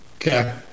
Okay